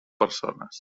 persones